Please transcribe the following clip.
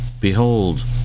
Behold